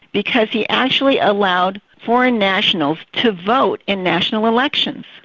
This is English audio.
because he actually allowed foreign nationals to vote in national elections.